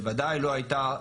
בוודאי לא הייתה,